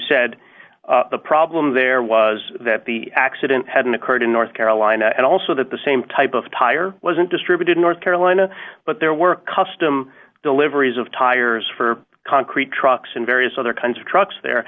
said the problem there was that the accident hadn't occurred in north carolina and also that the same type of tire wasn't distributed in north carolina but there were custom deliveries of tires for concrete trucks and various other kinds of trucks there